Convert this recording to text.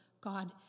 God